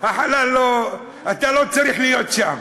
החלל, לא, אתה לא צריך להיות שם.